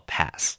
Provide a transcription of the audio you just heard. Pass